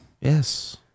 Yes